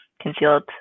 concealed